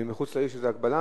מחוץ לעיר יש איזו הגבלה,